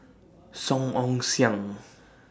Song Ong Siang